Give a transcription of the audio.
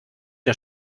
der